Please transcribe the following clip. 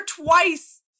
twice